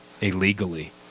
illegally